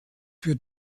für